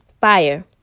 fire